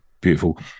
beautiful